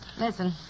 Listen